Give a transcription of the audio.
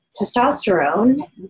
testosterone